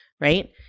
right